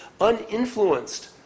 uninfluenced